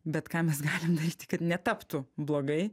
bet ką mes galim daryti kad netaptų blogai